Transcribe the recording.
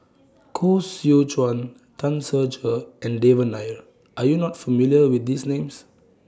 Koh Seow Chuan Tan Ser Cher and Devan Nair Are YOU not familiar with These Names